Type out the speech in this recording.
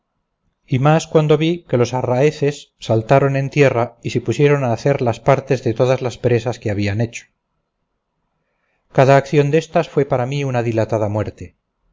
y más cuando vi que los arráeces saltaron en tierra y se pusieron a hacer las partes de todas las presas que habían hecho cada acción déstas fue para mí una dilatada muerte